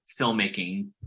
filmmaking